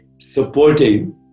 supporting